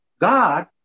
God